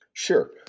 Sure